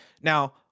Now